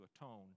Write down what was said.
atone